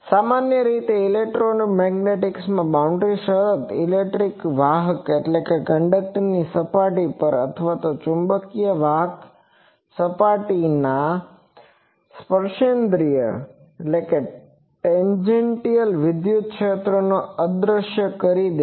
સામાન્ય રીતે ઇલેક્ટ્રોમેગ્નેટિક્સમાં બાઉન્ડ્રી શરત ઇલેક્ટ્રિક વાહકની સપાટી પર અથવા ચુંબકીય વાહકની સપાટી પર સ્પર્શેન્દ્રિય વિદ્યુત ક્ષેત્રોને અદૃશ્ય કરી દે છે